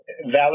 valid